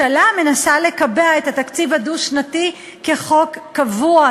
והמטרה שלה היא רק אחת: בואו נעשה את זה מהר.